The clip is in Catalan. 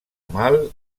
mal